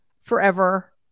forever